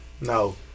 No